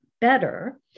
better